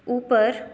ऊपर